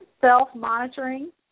self-monitoring